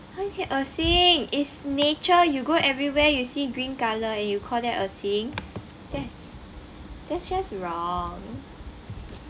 why is it 恶心 is nature you go everywhere you see green colour and you call them 恶心 that's that's just wrong